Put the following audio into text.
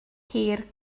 hir